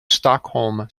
stockholm